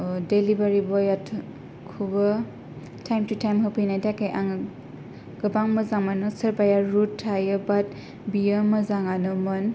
दिलिभारि बइया खौबो थाइम थु थाइम होफैनायनि थाखाय आङो गोबां मोजां मोनो सोरबाया रुद थायो बाट बियो मोजाङानोमोन